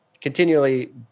continually